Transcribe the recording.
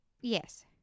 Yes